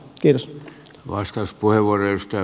arvoisa puhemies